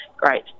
great